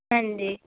ਹਾਂਜੀ